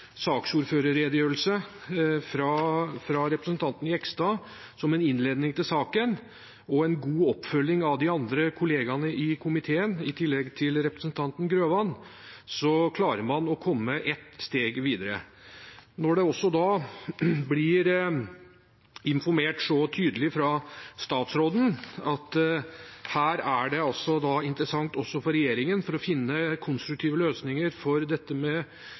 oppfølging av de andre kollegaene i komiteen, i tillegg til representanten Grøvan, klarer man å komme et steg videre. Når det blir informert så tydelig fra statsråden om at dette også for regjeringen er interessant for å finne konstruktive løsninger når det gjelder dette med